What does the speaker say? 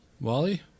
wally